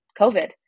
COVID